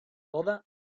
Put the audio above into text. boda